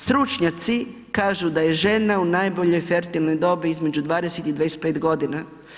Stručnjaci kažu da je žena u najboljoj fertilnoj dobi između 20 i 25 godina.